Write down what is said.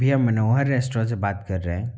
भैया मनोहर रेस्टोरेंट से बात कर रहे हैं